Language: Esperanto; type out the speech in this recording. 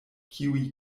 kiuj